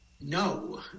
No